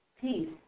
peace